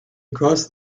crossed